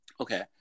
Okay